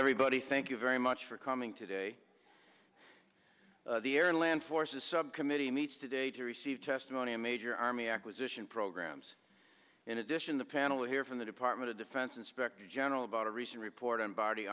everybody thank you very much for coming today the air and land forces subcommittee meets today to receive testimony of major army acquisition programs in addition the panel here from the department of defense inspector general about a recent report on body